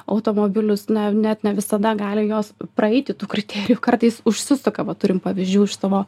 automobilius ne net ne visada gali jos praeiti tų kriterijų kartais užsisuka va turim pavyzdžių iš savo